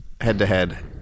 head-to-head